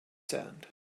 sand